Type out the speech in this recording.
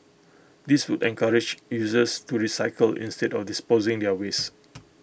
this would encourage users to recycle instead of disposing their waste